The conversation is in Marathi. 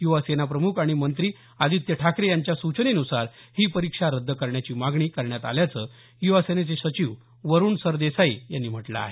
युवासेना प्रम्ख आणि मंत्री आदित्य ठाकरे यांच्या सूचनेनुसार ही परीक्षा रद्द करण्याची मागणी करण्यात आल्याचं युवा सेनेचे सचिव वरुण सरदेसाई यांनी म्हटलं आहे